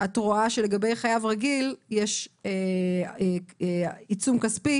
את רואה שלגבי חייב רגיל יש עיצום כספי